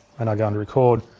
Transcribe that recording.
and i go into record,